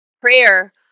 Prayer